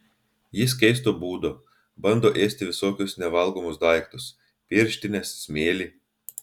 jis keisto būdo bando ėsti visokius nevalgomus daiktus pirštines smėlį